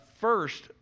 First